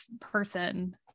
person